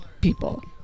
people